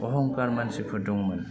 अहंखार मानसिफोर दंमोन